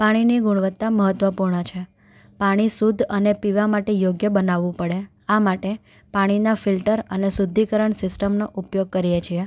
પાણીની ગુણવત્તા મહત્ત્વપૂર્ણ છે પાણી શુદ્ધ અને પીવા માટે યોગ્ય બનાવું પડે આ માટે પાણીના ફિલ્ટર અને શુદ્ધિકરણ સિસ્ટમનો ઉપયોગ કરીએ છીએ